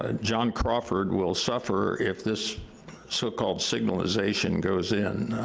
ah john crawford will suffer if this so-called signalization goes in.